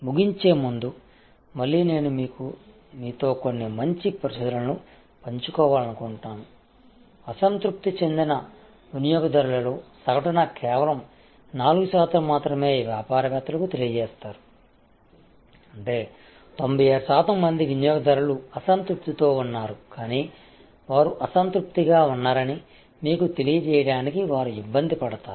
ముగించే ముందు మళ్లీ నేను మీతో కొన్ని మంచి పరిశోధనలు పంచుకోవాలనుకుంటున్నాను అసంతృప్తి చెందిన వినియోగదారులలో సగటున కేవలం 4 శాతం మాత్రమే వ్యాపారవేత్తలకు తెలియజేస్తారు అంటే 96 శాతం మంది వినియోగదారులు అసంతృప్తితో ఉన్నారు కానీ వారు అసంతృప్తిగా ఉన్నారని మీకు తెలియజేయడానికి వారు ఇబ్బంది పడతారు